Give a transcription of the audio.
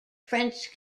french